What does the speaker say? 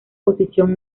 posición